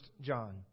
John